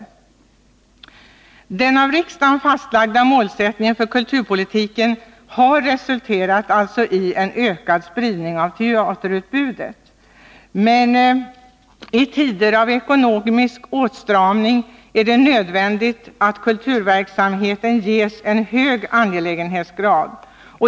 Som jag redan framhållit har den av riksdagen fastlagda målsättningen för kulturpolitiken resulterat i ökad spridning av teaterutbudet. I tider av ekonomisk åtstramning är det nödvändigt att kulturverksamheten ges en hög angelägenhetsgrad.